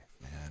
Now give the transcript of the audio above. man